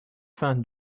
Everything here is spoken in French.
fin